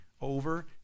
over